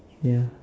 ya